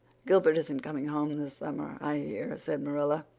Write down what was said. gilbert isn't coming home this summer, i hear, said marilla.